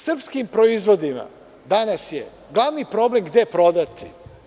Srpskim proizvodima danas je glavni problem gde prodati.